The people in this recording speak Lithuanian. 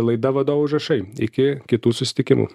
laida vadovo užrašai iki kitų susitikimų